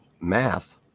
math